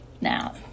Now